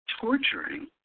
torturing